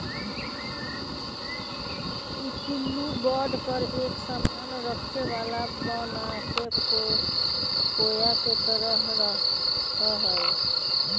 ई पिल्लू बढ़कर एक सामान रखे वाला बनाके कोया के तरह रहा हई